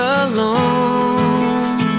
alone